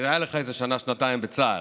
הייתה לך איזו שנה-שנתיים בצה"ל.